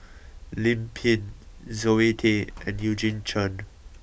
Lim Pin Zoe Tay and Eugene Chen